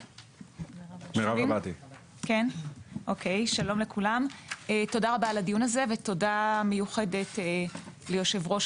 תודה רבה על הדיון הזה ותודה מיוחדת ליושב-ראש